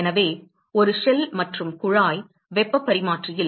எனவே ஒரு ஷெல் மற்றும் குழாய் வெப்பப் பரிமாற்றியில்